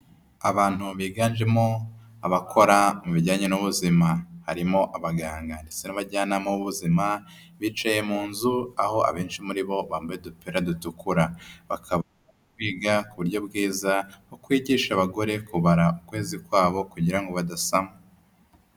Abantu biganjemo abakora mu bijyanye n'ubuzima. Harimo abaganga ndetse n'abajyanama b'ubuzima, bicaye mu nzu, aho abenshi muri bo bambaye udupira dutukura. Bakaba biga uburyo bwiza, bakwigisha abagore kubara ukwezi kwabo kugira badasama.